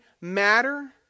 matter